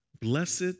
Blessed